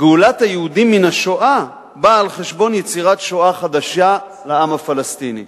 "גאולת היהודים מן השואה באה על חשבון יצירת שואה חדשה לעם הפלסטיני".